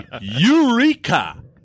Eureka